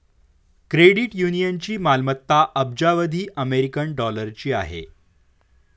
credit युनियनची मालमत्ता अब्जावधी अमेरिकन डॉलरची आहे